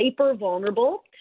hyper-vulnerable